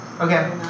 Okay